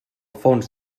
fons